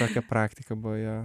tokia praktika buvo jo